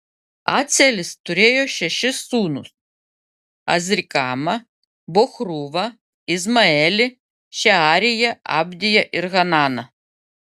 acelis turėjo šešis sūnus azrikamą bochruvą izmaelį šeariją abdiją ir hananą